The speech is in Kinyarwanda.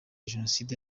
jenoside